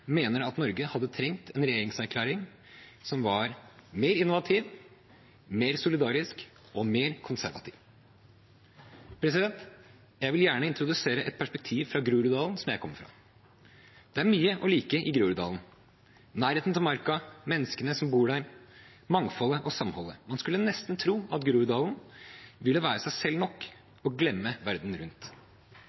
mener at Norge hadde trengt en regjeringserklæring som var mer innovativ, mer solidarisk og mer konservativ. Jeg vil gjerne introdusere et perspektiv fra Groruddalen, som jeg kommer fra. Det er mye å like i Groruddalen: nærheten til marka, menneskene som bor der, mangfoldet og samholdet. Man skulle nesten tro at Groruddalen ville være seg selv nok og glemme verden rundt.